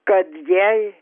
kad jai